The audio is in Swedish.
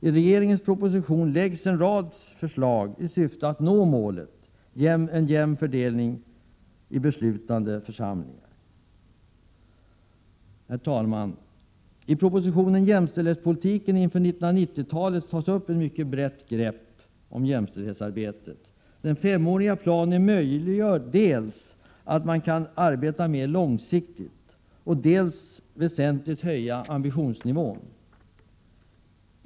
I regeringens proposition framläggs en rad förslag i syfte att nå målet en jämn könsfördelning i beslutande församlingar. Herr talman! I propositionen Jämställdhetspolitiken inför 1990-talet tas ett mycket brett grepp på jämställdhetsarbetet upp. Den femåriga planen, gör det möjligt dels att arbeta mer långsiktigt, dels att väsentligt höja ambitionsnivån.